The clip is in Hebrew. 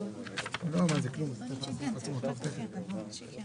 ונתחדשה בשעה 13:37.) אני מחדש את הישיבה.